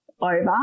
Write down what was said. over